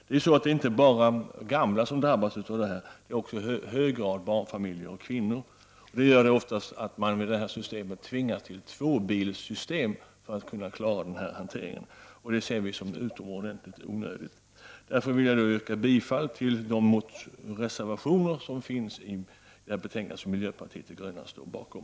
Det är inte bara gamla som drabbas av detta, utan även i hög grad barnfamiljer och kvinnor. Med det här systemet tvingas man ofta att ha två bilar för att kunna klara denna hantering. Det ser vi i miljöpartiet som utomordentligt onödigt. Därför vill jag yrka bifall till de reservationer som är fogade till detta betänkande och som miljöpartiet står bakom.